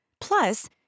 Plus